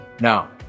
Now